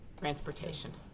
transportation